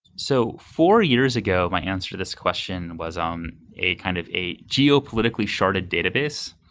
so, four years ago, my answer to this question was um a kind of a geopolitically shorted database,